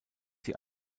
sie